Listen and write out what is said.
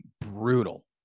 brutal